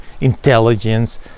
intelligence